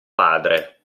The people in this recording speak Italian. padre